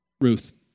Ruth